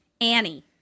Annie